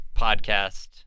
podcast